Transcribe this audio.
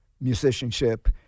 musicianship